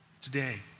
today